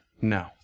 No